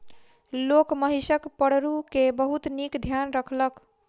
लोक महिषक पड़रू के बहुत नीक ध्यान रखलक